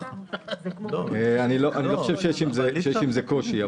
אני חושב שאין עם זה קושי.